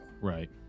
right